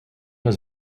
was